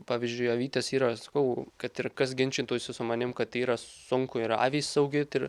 pavyzdžiui avytės yra sakau kad ir kas ginčytųsi su manim kad tai yra sunku ir avys augint ir